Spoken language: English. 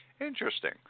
Interesting